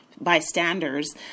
bystanders